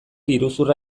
iruzurra